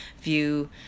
view